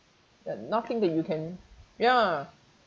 that nothing that you can ya